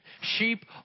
Sheep